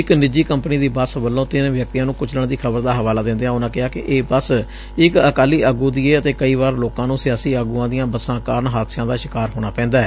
ਇਕ ਨਿੱਜੀ ਕੰਪਨੀ ਦੀ ਬੱਸ ਵਲੋਂ ਤਿੰਨ ਵਿਅਕਤੀਆਂ ਨੁੰ ਕੁਚਲਣ ਦੀ ਖ਼ਬਰ ਦਾ ਹਵਾਲਾ ਦਿੰਦਿਆਂ ਉਨੂਾਂ ਕਿਹਾ ਕਿ ਇਹ ਬੱਸ ਇਕ ਅਕਾਲੀ ਆਗੂ ਦੀ ਏ ਅਤੇ ਕਈ ਵਾਰ ਲੋਕਾਂ ਨੂੰ ਸਿਆਸੀ ਆਗੁਆਂ ਦੀਆਂ ਬਸਾਂ ਕਾਰਨ ਹਾਦਸਿਆਂ ਦਾ ਸ਼ਿਕਾਰ ਹੋਣਾ ਪੈਂਦੈ